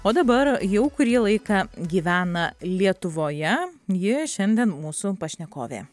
o dabar jau kurį laiką gyvena lietuvoje ji šiandien mūsų pašnekovė